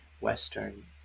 Western